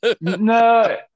no